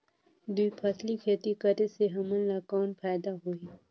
दुई फसली खेती करे से हमन ला कौन फायदा होही?